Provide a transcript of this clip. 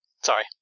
Sorry